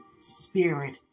spirit